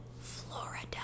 florida